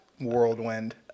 whirlwind